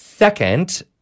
Second